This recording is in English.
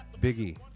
Biggie